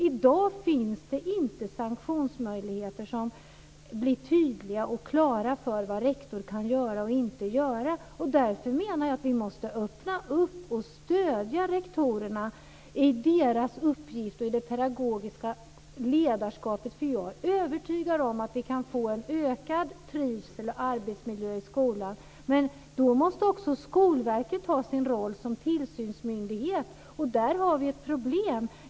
I dag finns det inga sanktionsmöjligheter. Det finns inga tydliga och klara regler för vad rektor kan göra och inte göra. Därför menar jag att vi måste stödja rektorerna i deras uppgift och i det pedagogiska ledarskapet. Jag är övertygad om att det kan bli en ökad trivsel och bättre arbetsmiljö i skolan, men då måste också Skolverket ta sitt ansvar som tillsynsmyndighet, och där har vi ett problem.